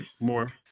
more